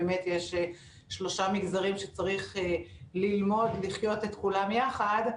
באמת יש שלושה מגזרים שצריך ללמוד לחיות את כולם יחד.